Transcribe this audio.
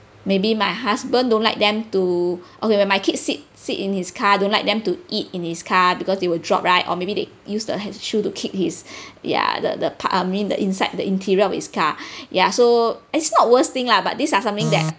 maybe my husband don't like them to okay when my kid sit sit in his car don't like them to eat in his car because they would drop right or maybe they use the head shoe to kick his ya the the part I mean the inside the interior of his car ya so it's not worst thing lah but these are something that